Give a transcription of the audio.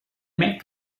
met